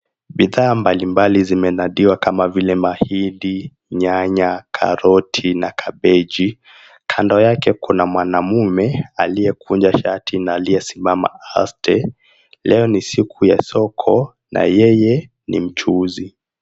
Bidhaa mbalimbali zimenadiwa kama vile mahindi, nyanya, karoti na kabeji kando yake, kuna mwanaume aliyekunja shati na aliyesimama aste. Leo ni siku ya soko na yeye ni mchuuzi.